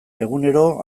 egunero